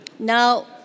Now